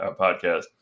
podcast